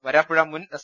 വരാപ്പുഴ മൂൻ എസ്